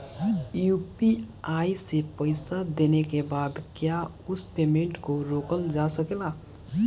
UPI से पईसा देने के बाद क्या उस पेमेंट को रोकल जा सकेला?